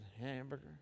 hamburger